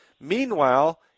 Meanwhile